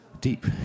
Deep